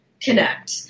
connect